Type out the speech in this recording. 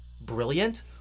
brilliant